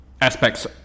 aspects